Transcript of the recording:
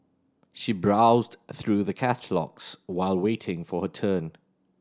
she browsed through the catalogues while waiting for her turn